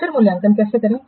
फिर मूल्यांकन कैसे करें